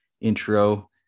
intro